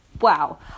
Wow